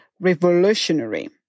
revolutionary